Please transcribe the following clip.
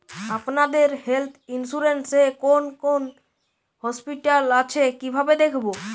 আপনাদের health insurance এ কোন কোন হসপিটাল আছে কিভাবে দেখবো?